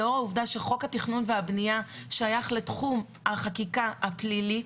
לאור העובדה שחוק התכנון והבנייה שייך לתחום החקיקה הפלילית,